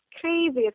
crazy